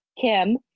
Kim